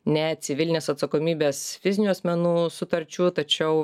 ne civilinės atsakomybės fizinių asmenų sutarčių tačiau